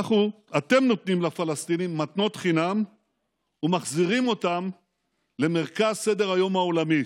אתם נותנים לפלסטינים מתנות חינם ומחזירים אותם למרכז סדר-היום העולמי.